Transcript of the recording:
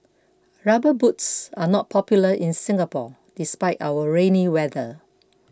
rubber boots are not popular in Singapore despite our rainy weather